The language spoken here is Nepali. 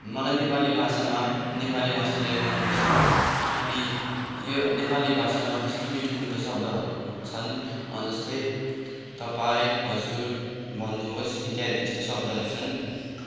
मलाई नेपाली भाषामा नेपाली भाषा धेरै मन पर्छ अनि यो नेपाली भाषामा यस्तो मिठो मिठो शब्दहरू छन् जस्तै तपाईँ हजुर भन्नुहोस् इत्यादि यस्तो शब्दहरू छन्